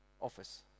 office